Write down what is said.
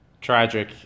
tragic